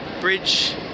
bridge